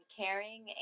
caring